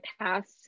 past